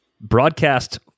broadcast